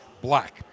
black